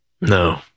No